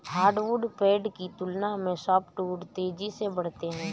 hardwood पेड़ की तुलना में सॉफ्टवुड तेजी से बढ़ते हैं